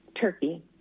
Turkey